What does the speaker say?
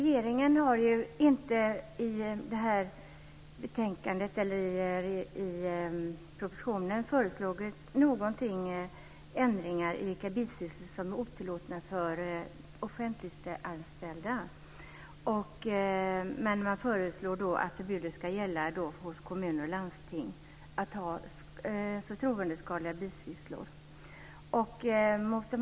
Fru talman! Regeringen har inte i propositionen föreslagit några ändringar i fråga om vilka bisysslor som är otillåtna för offentliganställda. Men man föreslår att förbudet mot att ha förtroendeskadliga bisysslor ska gälla hos kommuner och landsting.